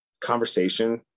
Conversation